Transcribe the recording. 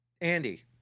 Andy